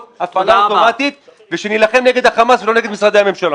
הפעלה אוטומטית ושנילחם נגד החמאס ולא נגד משרדי הממשלה.